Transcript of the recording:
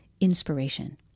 inspiration